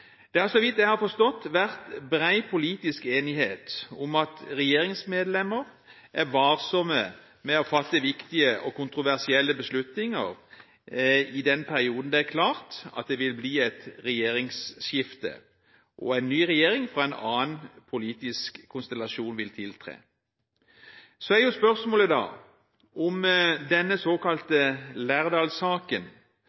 Det har, så vidt jeg har forstått, vært bred politisk enighet om at regjeringsmedlemmer bør være varsomme med å fatte viktige og kontroversielle beslutninger i den perioden det er klart at det vil bli et regjeringsskifte, og en ny regjering fra en annen politisk konstellasjon vil tiltre. Da er spørsmålet om denne såkalte